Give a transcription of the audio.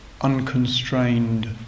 unconstrained